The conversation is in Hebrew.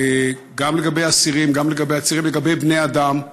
גם לגבי אסירים, גם לגבי עצירים, לגבי בני אדם.